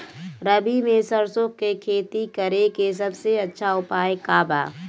रबी में सरसो के खेती करे के सबसे अच्छा उपाय का बा?